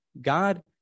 God